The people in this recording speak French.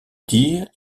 dire